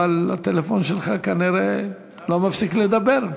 אבל נראה שהטלפון שלך לא מפסיק לדבר.